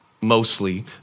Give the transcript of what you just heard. Mostly